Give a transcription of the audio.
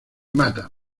mata